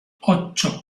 ocho